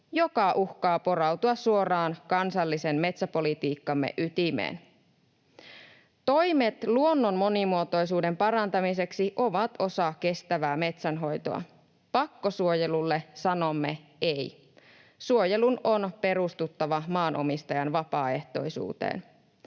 joka uhkaa porautua suoraan kansallisen metsäpolitiikkamme ytimeen. Toimet luonnon monimuotoisuuden parantamiseksi ovat osa kestävää metsänhoitoa. Pakkosuojelulle sanomme ”ei”. Suojelun on perustuttava maanomistajan vapaaehtoisuuteen.